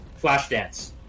Flashdance